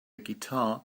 guitar